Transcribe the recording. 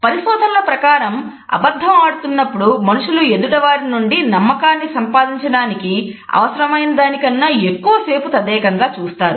పరిశోధనల ప్రకారం అబద్ధం ఆడుతున్నప్పుడు మనుషులు ఎదుటివారి నుండి నమ్మకాన్ని సంపాదించడానికి అవసరమైన దానికన్నా ఎక్కువ సేపు తదేకంగా చూస్తారు